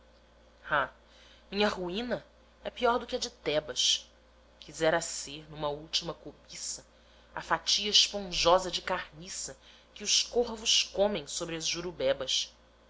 minha ruína é pior do que a de tebas quisera ser numa última cobiça a fatia esponjosa de carniça que os corvos comem sobre as jurubebas